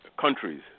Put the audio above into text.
countries